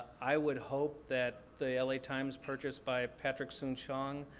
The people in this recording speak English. i would hope that the la times, purchased by patrick soon-shiong,